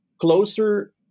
closer